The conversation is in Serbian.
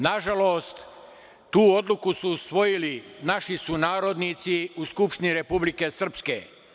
Nažalost, tu odluku su usvojili naši sunarodnici u Skupštini Republike Srpske.